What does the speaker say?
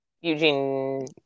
Eugene